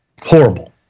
Horrible